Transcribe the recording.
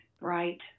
right